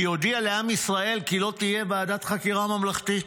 היא הודיעה לעם ישראל כי לא תהיה ועדת חקירה ממלכתית.